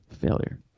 Failure